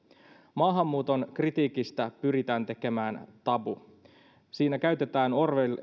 maahanmuuton kritiikistä pyritään tekemään tabu siinä käytetään